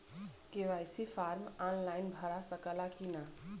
KYC form online भरा सकला की ना?